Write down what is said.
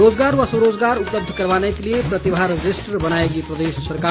रोजगार व स्वरोजगार उपलब्ध करवाने के लिए प्रतिभा रजिस्टर बनाएगी प्रदेश सरकार